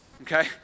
Okay